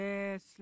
Yes